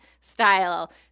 style